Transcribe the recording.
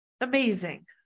amazing